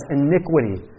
iniquity